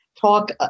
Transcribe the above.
talk